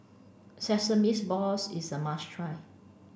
Sesames Balls is a must try